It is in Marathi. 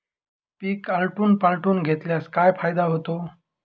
पीक आलटून पालटून घेतल्यास काय फायदा होतो?